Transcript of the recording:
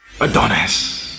Adonis